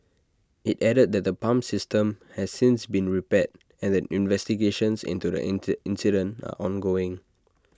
IT added that the pump system has since been repaired and that investigations into the int incident are ongoing